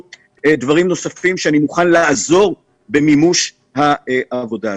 דברים נוספים ואני מוכן לעזור במימוש העבודה הזאת.